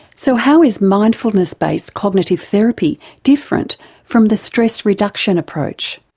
so how is mindfulness-based cognitive therapy different from the stress reduction approach?